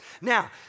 Now